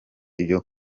iyo